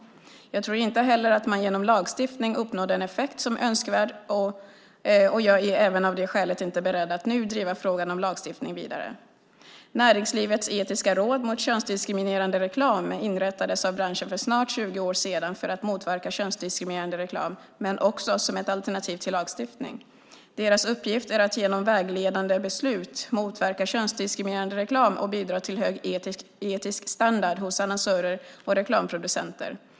Jag tror inte heller att man genom lagstiftning uppnår den effekt som är önskvärd och jag är även av det skälet inte beredd att nu driva frågan om lagstiftning vidare. Näringslivets etiska råd mot könsdiskriminerande reklam, ERK, inrättades av branschen för snart 20 år sedan för att motverka könsdiskriminerande reklam men också som ett alternativ till lagstiftning. Deras uppgift är att genom vägledande beslut motverka könsdiskriminerande reklam och bidra till hög etisk standard hos annonsörer och reklamproducenter.